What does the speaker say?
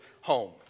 home